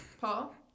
Paul